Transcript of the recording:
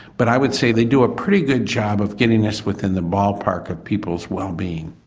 but i would say they do a pretty good job of getting us within the ball park of people's wellbeing.